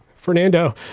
Fernando